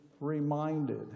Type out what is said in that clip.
reminded